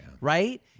Right